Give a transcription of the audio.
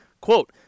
Quote